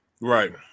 Right